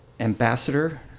ambassador